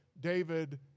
David